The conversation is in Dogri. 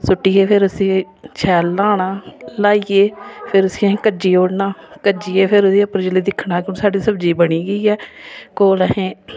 सुट्टियै फिर उसी शैल ल्हाना ल्हाइयै फिर उसी अहें कज्जी ओड़ना कज्जियै फिर ओह्दे उप्पर जिसलै दिक्खना कि साढ़ी सब्जी बनी गेई ऐ कोल अहें